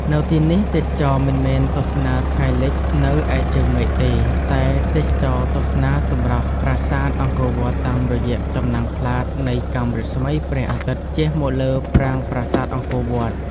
នៅទីនេះ ទេសចរមិនមែនទស្សនាថ្ងៃលិចនៅឯជើងមេឃទេ តែទេសចរទស្សនាសម្រស់ប្រាសាទអង្គរវត្តតាមរយៈចំណាំងផ្លាតនៃកាំរស្មីព្រះអាទិត្យជះមកលើប្រាង្គប្រាសាទអង្គរវត្ត។